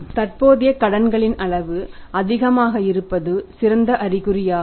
தற்போதைய கடன்களின் அளவு அதிகமாக இருப்பது சிறந்த அறிகுறியாகும்